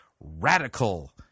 radical